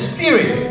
Spirit